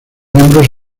miembros